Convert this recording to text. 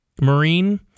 Marine